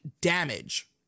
damage